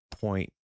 point